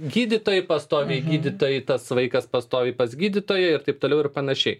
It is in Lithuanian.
gydytojai pastoviai gydytojai tas vaikas pastoviai pas gydytoją ir taip toliau ir panašiai